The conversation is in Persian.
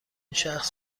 شخص